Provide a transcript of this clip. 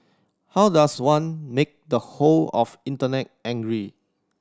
how does one make the whole of Internet angry